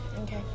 Okay